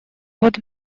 вот